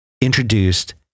introduced